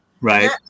Right